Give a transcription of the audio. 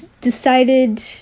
decided